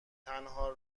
تنها